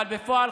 אבל בפועל,